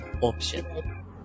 Option